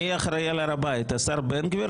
מי יהיה אחראי על הר הבית: השר בן גביר